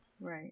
Right